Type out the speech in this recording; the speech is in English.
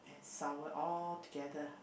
sour all together